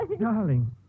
Darling